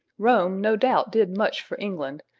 rome no doubt did much for england,